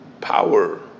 power